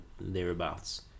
thereabouts